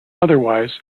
otherwise